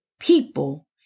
people